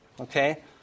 Okay